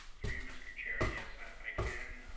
through you mr. chair, yes, i can.